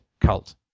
cult